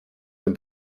sind